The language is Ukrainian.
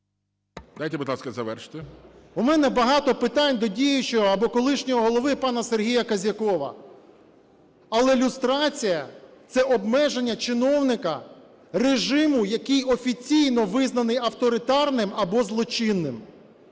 Дайте, будь ласка, завершити. ВЛАСЕНКО С.В. У мене багато питань до діючого або колишнього голови пана Сергія Козьякова. Але люстрація – це обмеження чиновника режиму, який офіційно визнаний авторитарним або злочинним.